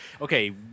Okay